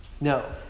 No